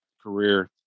career